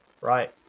Right